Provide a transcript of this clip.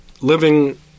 living